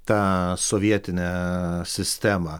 tą sovietinę sistemą